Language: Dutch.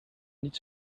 niet